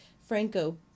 Franco